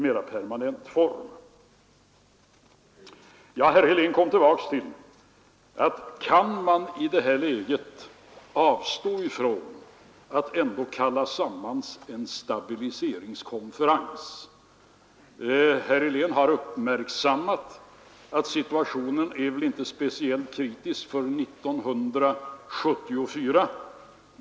Herr Helén frågade: Kan man i det här läget avstå från att kalla samman en stabiliseringskonferens? Herr Helén har uppmärksammat att situationen inte är speciellt kritisk för 1974.